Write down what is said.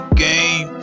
game